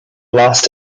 lost